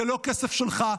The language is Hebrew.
זה לא כסף שלך,